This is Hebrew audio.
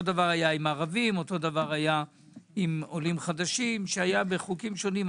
אותו דבר היה עם הערבים ועם עולים חדשים שהיה בחוקים שונים,